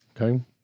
Okay